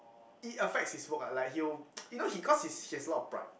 it affects his work lah like he will you know he cause he's he has a lot of pride